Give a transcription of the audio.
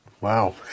Wow